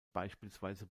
beispielsweise